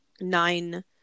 nine